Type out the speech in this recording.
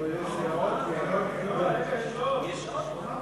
לא, רגע, יש עוד.